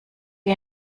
wie